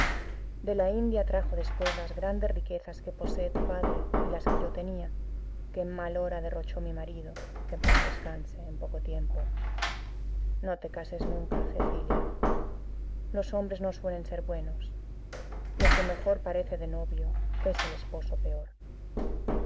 de la india trajo después las grandes riquezas que posee tu padre y las que yo tenía que en mal hora derrochó mi marido que en paz descanse en poco tiempo no te cases nunca cecilia los hombres no suelen ser buenos y el que mejor parece de novio es el esposo peor